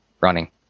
running